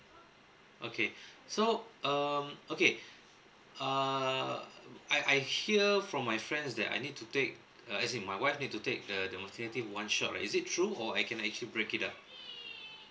okay so um okay err I I hear from my friends that I need to take uh as in my wife need to take the the maternity one shot right is it true or I can actually break it up